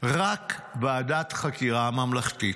רק ועדת חקירה ממלכתית.